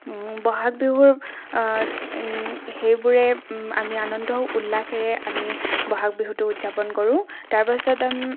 বহাগ বিহুৰ সেইবোৰেই আমি আনন্দ উল্লাসেৰে আমি বহাগ বিহুটো উদযাপন কৰোঁ তাৰপাছত আমি